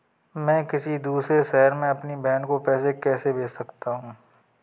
मैं किसी दूसरे शहर से अपनी बहन को पैसे कैसे भेज सकता हूँ?